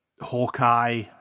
Hawkeye